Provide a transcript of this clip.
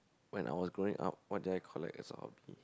when I was growing up what did I collect as a hobby